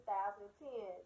2010